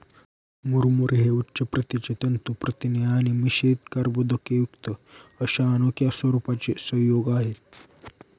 मुरमुरे हे उच्च प्रतीचे तंतू प्रथिने आणि मिश्रित कर्बोदकेयुक्त अशा अनोख्या स्वरूपाचे संयोग आहे